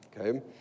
okay